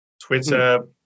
Twitter